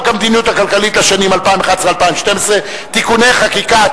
המדיניות הכלכלית לשנים 2011 ו-2012 (תיקוני חקיקה),